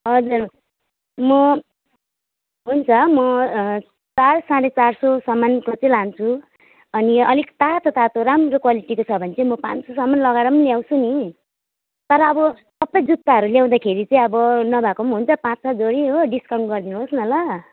हजुर म हुन्छ म चार साढे चार सौसम्मको चाहिँ लान्छु अनि अलिक तातो तातो राम्रो क्वालिटीको छ भने चाहिँ म पाँच सौसम्म लगाएर पनि ल्याउँछु नि तर अब सबै जुत्ताहरू ल्याउँदाखेरि चाहिँ अब नभएको पनि हुन्छ पाँच छ जोडी हो डिस्काउन्ट गरिदिनुहोस् न ल